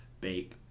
bake